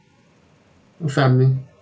your family